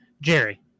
Jerry